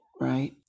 right